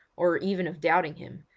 or even of doubting him,